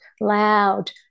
loud